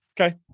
Okay